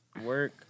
Work